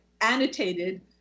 annotated